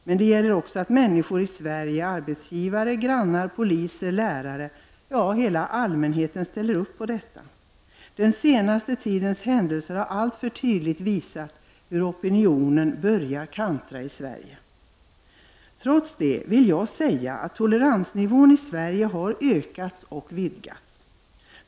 Men det gäller också att människor i Sverige, arbetsgivare, grannar, poliser, lärare, hela allmänheten ställer upp på detta. Den senaste tidens händelser har alltför tydligt visat hur opinionen börjar kantra i Sverige. Trots det vill jag säga att toleransnivån i Sverige har ökat och vidgats.